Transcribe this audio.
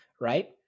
right